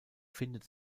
findet